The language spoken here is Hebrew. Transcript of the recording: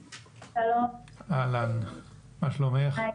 מור, מה שלומך?